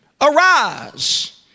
Arise